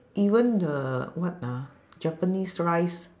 even the what ah japanese rice